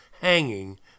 hanging